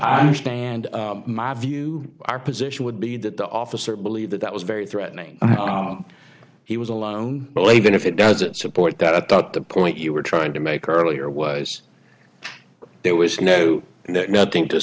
i understand my view our position would be that the officer believe that that was very threatening he was alone well even if it doesn't support that but the point you were trying to make earlier was there was no nothing to